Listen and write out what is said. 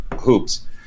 hoops